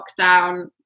lockdown